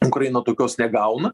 ukraina tokios negauna